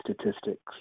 statistics